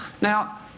Now